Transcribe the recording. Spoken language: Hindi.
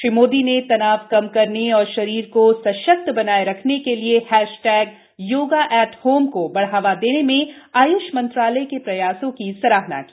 श्री मोदी ने तनाव कम करने और शरीर को सशक्त बनाये रखने के लिए हैशटैग योगा एट होम को बढ़ावा देने में आय्ष मंत्रालय के प्रयासों की सराहना की